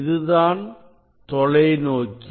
இது தான் தொலைநோக்கி